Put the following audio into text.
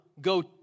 go